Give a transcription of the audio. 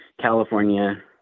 California